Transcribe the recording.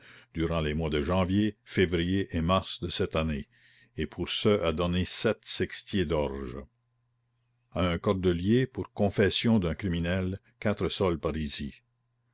durant les mois de janvier février et mars de cette année et pour ce a donné sept sextiers d'orge à un cordelier pour confession d'un criminel quatre sols parisis